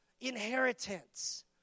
Inheritance